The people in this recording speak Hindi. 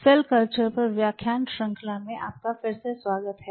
सेल कल्चर पर व्याख्यान श्रृंखला में आपका फिर से स्वागत है